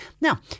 Now